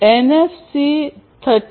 NFC 13